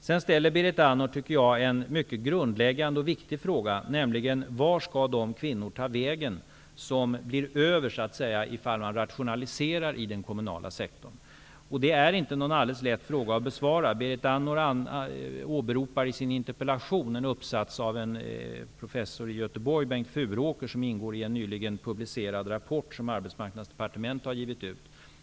Jag tycker att Berit Andnor ställer en mycket grundläggande och viktig fråga, nämligen var de kvinnor, som så att säga blir över, skall ta vägen om man rationaliserar i den kommunala sektorn. Det är inte en alldeles lätt fråga att besvara. Berit Andnor åberopar i sin interpellation en uppsats av professor Bengt Furåker i Göteborg. Den ingår i en nyligen publicerad rapport som Arbetsmarknadsdepartementet har givit ut.